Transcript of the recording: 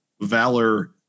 Valor